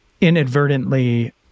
inadvertently